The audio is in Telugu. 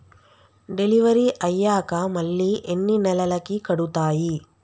డెలివరీ అయ్యాక మళ్ళీ ఎన్ని నెలలకి కడుతాయి?